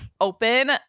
Open